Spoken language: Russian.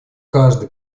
каждый